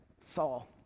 Saul